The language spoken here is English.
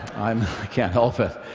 um i can't help it,